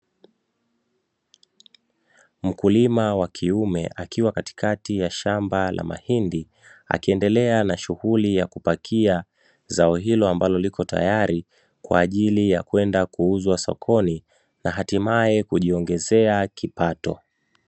Mkulima wa kiume akiwa katikati ya shamba la mahindi, akiendelea na shughuli ya kupakia zao hilo, ambalo lipo tayari kwa ajili ya kwenda kuuzwa sokoni na hatimaye kujiongezea kipato.